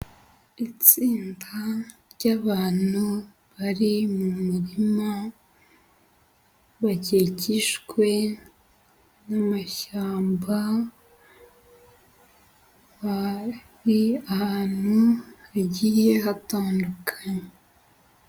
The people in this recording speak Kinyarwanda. Itsinda ry'abantu bari mu murima bakikishwe n'amashyamba, bari ahantu hagiye hatandukanye.